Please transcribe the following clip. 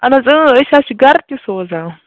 اَہَن حظ اۭں أسۍ حظ چھِ گَرٕ تہِ سوزان